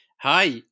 Hi